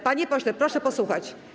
Panie pośle, proszę posłuchać.